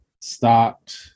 stopped